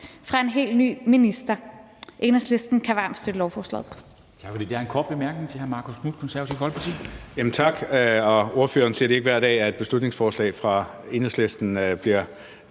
fra en helt ny minister. Enhedslisten kan varmt støtte lovforslaget.